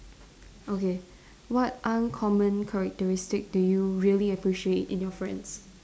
okay what uncommon characteristic do you really appreciate in your friends